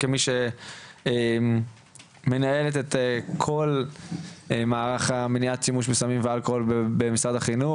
כמי שמנהלת את כל מערך מניעת שימוש בסמים ואלכוהול במשרד החינוך,